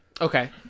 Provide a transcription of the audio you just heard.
Okay